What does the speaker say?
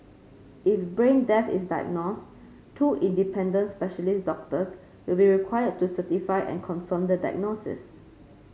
if brain death is diagnosed two independent specialist doctors will be required to certify and confirm the diagnosis